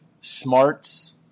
smarts